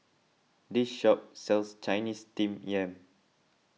this shop sells Chinese Steamed Yam